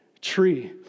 tree